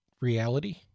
reality